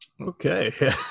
Okay